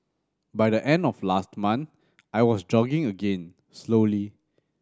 by the end of last month I was jogging again slowly